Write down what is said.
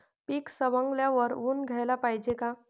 पीक सवंगल्यावर ऊन द्याले पायजे का?